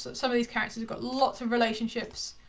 some of these characters. we've got lots of relationships,